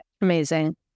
Amazing